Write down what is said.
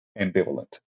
ambivalent